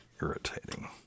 irritating